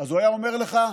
הוא היה אומר לך: